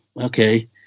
okay